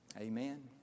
Amen